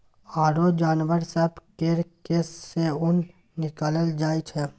आरो जानबर सब केर केश सँ ऊन निकालल जाइ छै